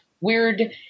weird